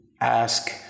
ask